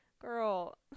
girl